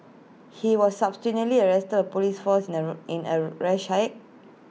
he was arrested Police force in A in A rash act